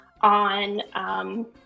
on